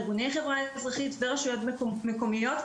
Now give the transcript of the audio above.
ארגוני חברה אזרחית ורשויות מקומיות,